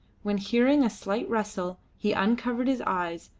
when, hearing a slight rustle, he uncovered his eyes,